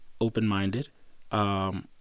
open-minded